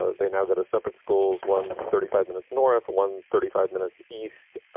ah they now go to separate schools. one thirty five minutes north, one thirty five minutes east.